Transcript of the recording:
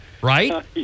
Right